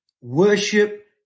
worship